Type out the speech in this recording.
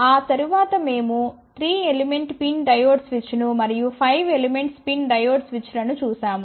ఆ తరువాత మేము 3 ఎలిమెంట్స్ PIN డయోడ్ స్విచ్ను మరియు 5 ఎలిమెంట్స్ PIN డయోడ్ స్విచ్లను చూశాము